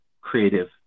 creative